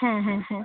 হ্যাঁ হ্যাঁ হ্যাঁ